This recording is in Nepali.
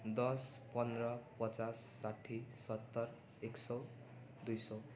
दस पन्ध्र पचास साठी सत्तर एक सय दुई सय